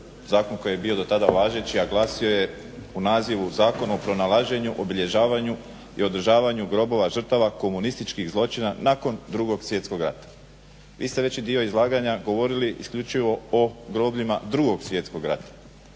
zakon koji je bio do tada važeći, a glasio je u nazivu Zakon o pronalaženju, obilježavanju i održavanju grobova žrtava komunističkih zločina nakon Drugog svjetskog rata. Vi ste veći dio izlaganja govorili isključivo o grobljima Drugog svjetskog rata.